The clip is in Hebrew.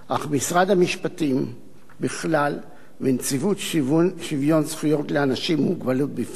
אך משרד המשפטים בכלל ונציבות שוויון זכויות לאנשים עם מוגבלות בפרט